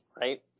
right